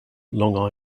log